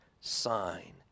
sign